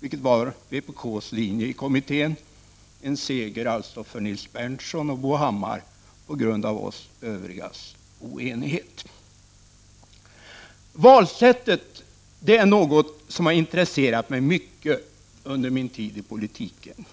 vilket var vpk:s linje i kommittén — en seger alltså för Nils Berndtson och Bo Hammar på grund av oenigheten bland oss övriga. Valsättet är något som har intresserat mig mycket under min tid i politiken.